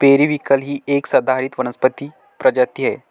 periwinkle ही एक सदाहरित वनस्पती प्रजाती आहे